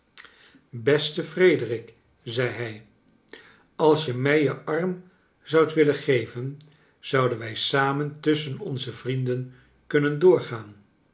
beste erederik zei hij als je mij je arm zoudt willen geven zouden wij samen tusschen onze vrienden kunnen doorgaan